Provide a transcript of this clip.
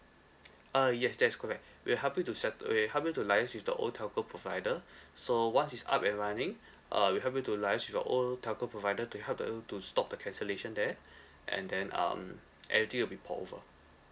uh yes that is correct we'll help you to set we'll help you to liaise with the old telco provider so once is up and running uh we'll help you to liase with your old telco provider to help they all to stop the cancellation there and then um everything will be port over